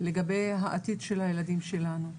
לגבי העתיד של הילדים שלנו.